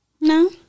No